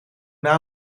naar